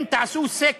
הוא סתם